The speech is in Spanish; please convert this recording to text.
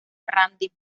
randy